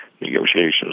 negotiations